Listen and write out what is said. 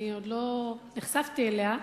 אני עוד לא נחשפתי אליה,